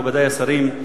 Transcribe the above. מכובדי השרים,